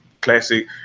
classic